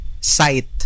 sight